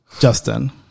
Justin